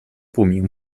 不明